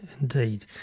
indeed